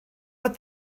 but